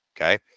Okay